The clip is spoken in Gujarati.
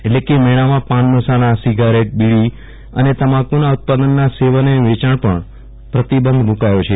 એટલે કે મેળામાં પાન મસાલા સીગારેટ બીડી અને તમાકુના ઉત્પાદનના સેવન અને વેચાણ પર પ્રતિબંધ મુકાયો છે